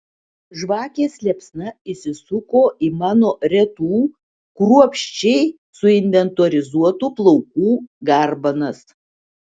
žvakės liepsna įsisuko į mano retų kruopščiai suinventorizuotų plaukų garbanas